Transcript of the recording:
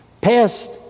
Past